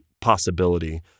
possibility